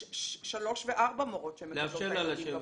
יש שלוש וארבע מורות שמחכות בבוקר.